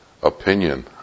Opinion